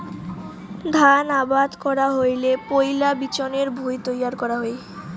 ধান আবাদ করা হইলে পৈলা বিচনের ভুঁই তৈয়ার করা হই